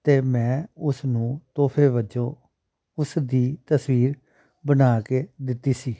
ਅਤੇ ਮੈਂ ਉਸ ਨੂੰ ਤੋਹਫ਼ੇ ਵਜੋਂ ਉਸ ਦੀ ਤਸਵੀਰ ਬਣਾ ਕੇ ਦਿੱਤੀ ਸੀ